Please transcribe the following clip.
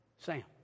Sam